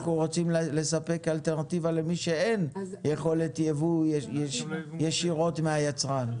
אנחנו רוצים לספק אלטרנטיבה למי שאין יכולת ייבוא ישירות מהיצרן.